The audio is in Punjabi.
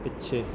ਪਿੱਛੇ